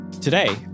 Today